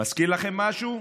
מזכיר לכם משהו?